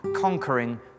conquering